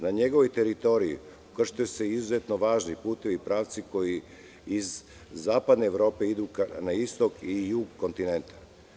Na njegovoj teritoriji ukrštaju se izuzetno važni putevi i pravci koji iz Zapadne Evrope idu na istok i jug kontinenta.